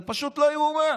זה פשוט לא יאומן.